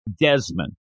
Desmond